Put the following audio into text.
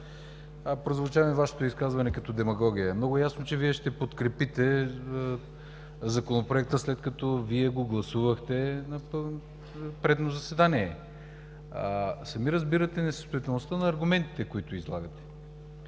изказване ми прозвуча като демагогия. Много ясно, че Вие ще подкрепите Законопроекта, след като Вие го гласувахте на предно заседание. Сами разбирате несъстоятелността на аргументите, които излагате.